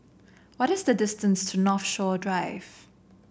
what is the distance to Northshore Drive